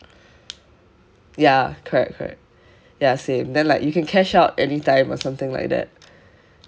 ya correct correct ya same then like you can cash out anytime or something like that